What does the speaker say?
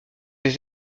des